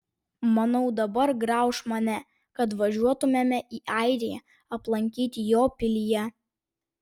manau dabar grauš mane kad važiuotumėme į airiją aplankyti jo pilyje